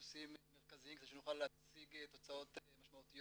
בנושאים מרכזיים כדי שנוכל להציג תוצאות משמעותיות.